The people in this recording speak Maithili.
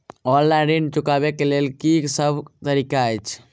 ऑनलाइन ऋण चुकाबै केँ की सब तरीका अछि?